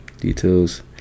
Details